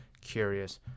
curious